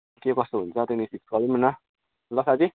के कस्तो हुन्छ त्यहाँदेखिन् ठिक गरौँ न ल साथी